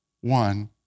one